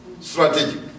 strategic